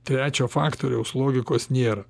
trečio faktoriaus logikos nėra